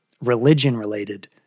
religion-related